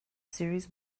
series